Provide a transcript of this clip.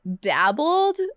dabbled